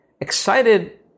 excited